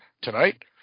tonight